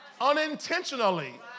unintentionally